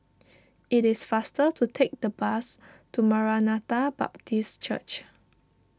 it is faster to take the bus to Maranatha Baptist Church